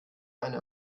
eine